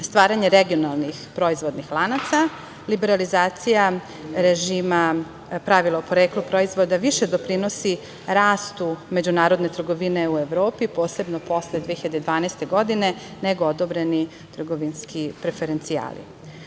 stvaranje regionalnih proizvodnih lanaca. Liberalizacija režima, pravila o poreklu proizvoda više doprinosi rastu međunarodne trgovine u Evropi, posebno posle 2012. godine, nego odobreni trgovinski preferencijali. Budući